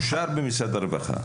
אושר במשרד הרווחה.